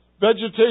Vegetation